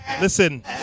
Listen